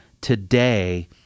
today